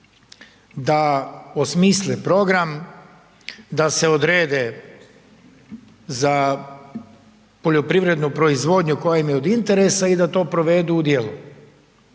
da osmisle program, da se odrede za poljoprivrednu proizvodnju koja im je od interesa i da to provedu u djelo.